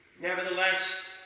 Nevertheless